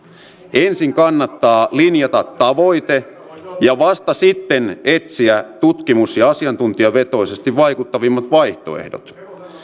ensin kannattaa linjata tavoite ja vasta sitten etsiä tutkimus ja asiantuntijavetoisesti vaikuttavimmat vaihtoehdot